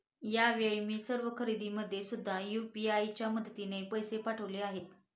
यावेळी मी सर्व खरेदीमध्ये सुद्धा यू.पी.आय च्या मदतीने पैसे पाठवले आहेत